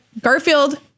Garfield